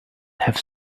have